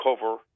cover